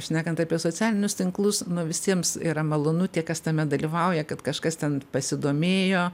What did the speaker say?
šnekant apie socialinius tinklus nu visiems yra malonu tie kas tame dalyvauja kad kažkas ten pasidomėjo